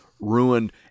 ruined